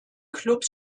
klubs